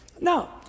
No